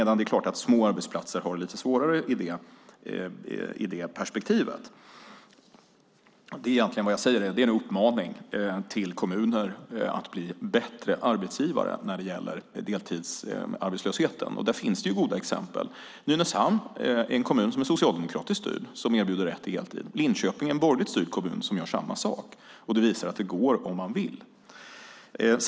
Små arbetsplatser har det lite svårare i det perspektivet. Det jag säger är en uppmaning till kommuner att bli bättre arbetsgivare när det gäller deltidsarbetslösheten. Det finns goda exempel. Nynäshamn, en kommun som är socialdemokratiskt styrd, erbjuder rätt till heltid. Linköping är en borgerligt styrd kommun som gör samma sak. Det visar att det går om man vill.